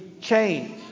change